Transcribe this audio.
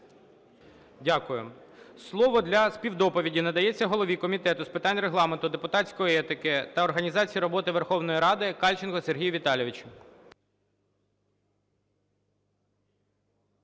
Дякую. Слово для співдоповіді надається голові Комітету з питань Регламенту, депутатської етики та організації роботи Верховної Ради України Кальченку Сергію Віталійовичу.